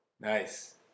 Nice